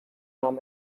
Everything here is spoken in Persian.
نام